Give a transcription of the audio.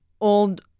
old